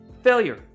failure